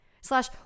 Slash